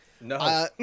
No